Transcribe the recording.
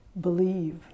believe